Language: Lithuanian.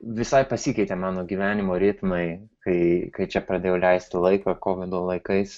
visai pasikeitė mano gyvenimo ritmai kai kai čia pradėjau leisti laiką kovido laikais